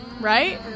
Right